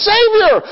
Savior